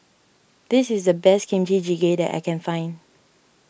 this is the best Kimchi Jjigae that I can find